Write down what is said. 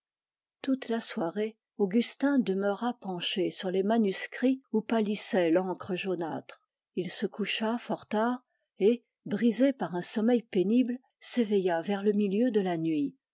toute la soirée augustin demeura penché sur les manuscrits où pâlissait l'encre jaunâtre il se coucha fort tard et brisé par un sommeil pénible s'éveilla vers le milieu de la nuit